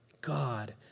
God